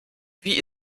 wie